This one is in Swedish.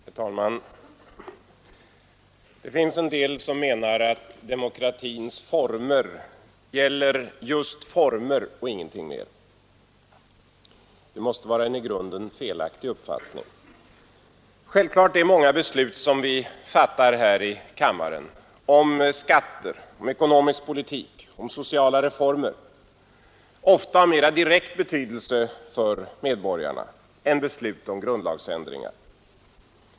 Herr talman! Det finns en del som menar att demokratins former gäller just former och ingenting mer. Det måste vara en i grunden felaktig uppfattning. Självklart är många beslut som riksdagen fattar, om skatter, om ekonomisk politik och sociala reformer, ofta av mer direkt betydelse för medborgarna än beslut om grundlagsändringar.